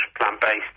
plant-based